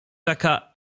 taka